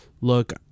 look